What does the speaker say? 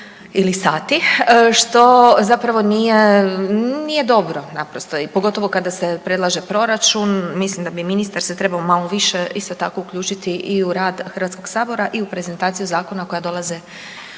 ili sati što zapravo nije, nije dobro naprosto i pogotovo kada se predlaže proračun. Mislim da bi ministar se trebao malo više isto tako uključiti i u rad Hrvatskog sabora i u prezentaciju zakona koja dolaze od